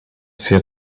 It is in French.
fût